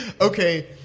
Okay